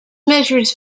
measures